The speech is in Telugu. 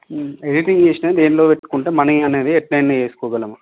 ఎడిటింగ్ చేసిన దేనిలో పెట్టుకుంటే మనీ అనేది ఎట్ల అయిన చేసుకోగలము